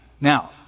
Now